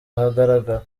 ahagaragara